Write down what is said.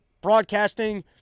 broadcasting